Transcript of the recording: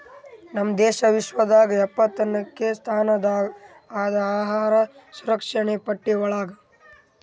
ನಮ್ ದೇಶ ವಿಶ್ವದಾಗ್ ಎಪ್ಪತ್ನಾಕ್ನೆ ಸ್ಥಾನದಾಗ್ ಅದಾ ಅಹಾರ್ ಸುರಕ್ಷಣೆ ಪಟ್ಟಿ ಒಳಗ್